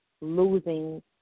losing